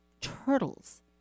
turtles